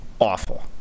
Awful